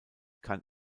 kann